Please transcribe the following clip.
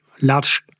large